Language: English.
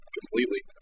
completely